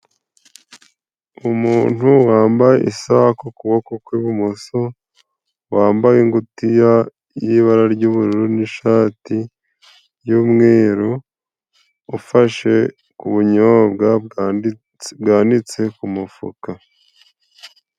Umuntu wambaye isaha ku kuboko kw'ibumoso, wambaye ingutiya y'ibara ry'ubururu n'ishati y'umweru ufashe ubunyobwa bwanitse ku mufuka.